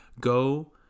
go